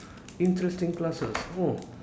interesting classes oh